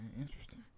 Interesting